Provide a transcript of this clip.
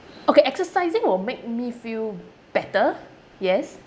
okay exercising will make me feel better yes